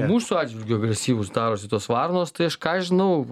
mūsų atžvilgiu agresyvūs darosi tos varnos tai aš ką žinau